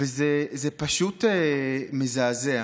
זה פשוט מזעזע.